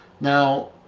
Now